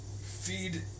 feed